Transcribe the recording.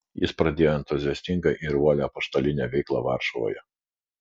jis pradėjo entuziastingą ir uolią apaštalinę veiklą varšuvoje